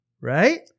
Right